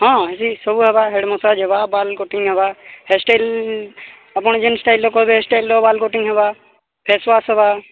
ହଁ ସେସବୁ ହେବା ହେଡ଼୍ ମସାଜ୍ ହେବା ବାଲ୍ କଟିଙ୍ଗ୍ ହେବା ହେୟାର୍ ଷ୍ଟାଇଲ୍ ଆପଣ ଯେଉଁ ଷ୍ଟାଇଲ୍ର କହିବେ ସେ ଷ୍ଟାଇଲ୍ ହେୟାର୍ କଟିଙ୍ଗ୍ ହେବା ଫେସୱାଶ୍ ହେବା